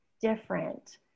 different